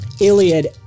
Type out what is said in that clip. Iliad